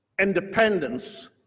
Independence